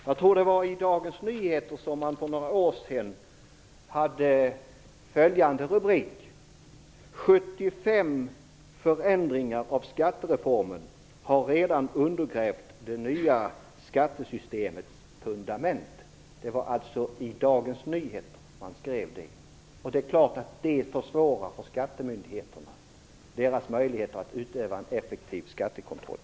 Jag tror att det var i Dagens Nyheter som man för några år sedan hade följande rubrik: 75 förändringar av skattereformen har redan undergrävt det nya skattesystemets fundament. Det är klart att sådant försvårar för skattemyndigheterna och påverkar deras möjligheter att utöva en effektiv skattekontroll.